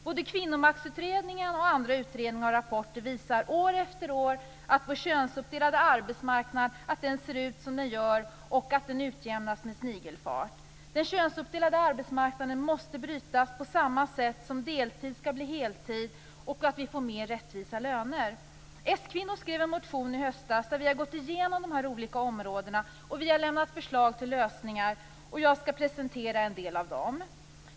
Såväl Kvinnomaktsutredningen som andra utredningar och rapporter visar år efter år att vår könsuppdelade arbetsmarknad ser ut som den gör och att den utjämnas med snigelfart. Könsuppdelningen av arbetsmarknaden måste brytas på samma sätt som att deltid skall bli heltid och att vi skall få mer rättvisa löner. Vi s-kvinnor skrev i höstas en motion där vi gick igenom de olika områdena och lämnade förslag till lösningar. Jag skall presentera en del av dem.